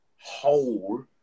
whole